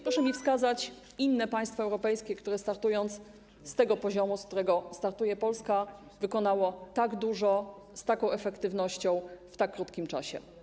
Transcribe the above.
Proszę mi wskazać inne państwo europejskie, które startując z tego poziomu, z którego startuje Polska, wykonało tak dużo, z taką efektywnością, w tak krótkim czasie.